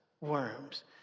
worms